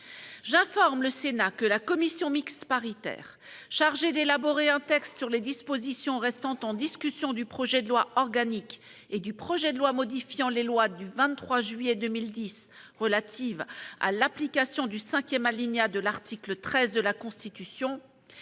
J'informe le Sénat que la commission mixte paritaire chargée d'élaborer un texte sur les dispositions restant en discussion du projet de loi organique et du projet de loi modifiant les lois du 23 juillet 2010 relatives à l'application du cinquième alinéa de l'article 13 de la Constitution